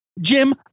Jim